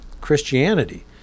christianity